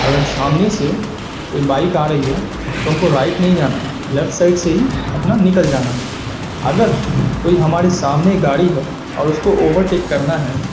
اگر سامنے سے کوئی بائک آ رہی ہے تو ہم کو رائٹ نہیں جانا ہے لیفٹ سائڈ سے ہی اپنا نکل جانا ہے اگر کوئی ہمارے سامنے گاڑی ہے اور اس کو اوور ٹیک کرنا ہے